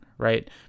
right